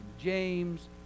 James